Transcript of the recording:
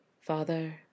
Father